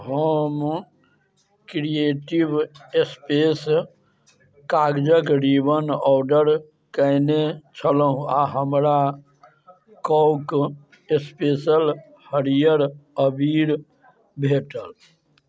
हम creative space कागजके ribbon order कएने छलहुँ आओर हमरा कौक स्पेशल हरिअर अबीर भेटल